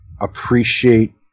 appreciate